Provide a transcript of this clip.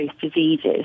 diseases